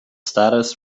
status